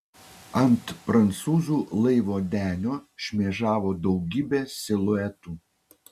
ant prancūzų laivo denio šmėžavo daugybė siluetų